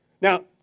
Now